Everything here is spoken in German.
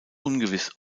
ungewiss